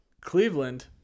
Cleveland